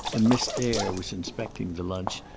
and miss dare was inspecting the lunch,